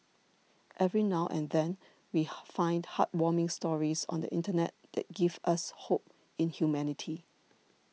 every now and then we find heartwarming stories on the internet that give us hope in humanity